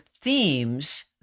themes